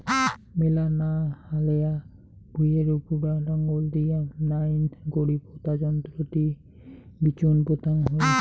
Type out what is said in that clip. মেলা না হালেয়া ভুঁইয়ের উপুরা নাঙল দিয়া নাইন করি পোতা যন্ত্রর দি বিচোন পোতাং হই